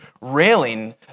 railing